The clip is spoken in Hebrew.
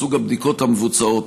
סוג הבדיקות הנעשות,